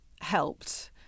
helped